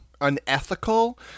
unethical